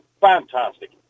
Fantastic